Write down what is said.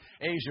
Asia